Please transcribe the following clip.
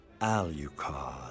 Alucard